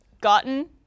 Gotten